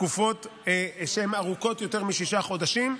תקופות ארוכות יותר משישה חודשים.